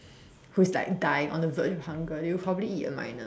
who is like dying on the verge of hunger you will probably eat a myna